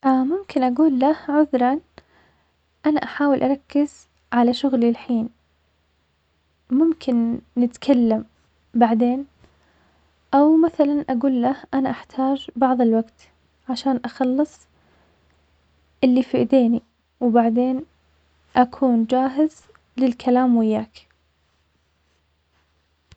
ممكن أقول له عذرا, بحاول اركز على شغلي الحين ممكن نتكلم بعدين؟ أو مثلا أقول له أنا أحتاج بعض الوقت علشان أخلص اللي فأديني وبعدين أكون جاهز للكلام وياك.